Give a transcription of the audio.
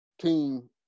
team